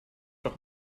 doch